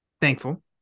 thankful